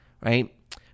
right